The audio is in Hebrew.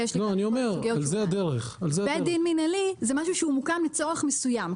בית דין מנהלי זה משהו שמוקם לצורך מסוים.